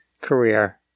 career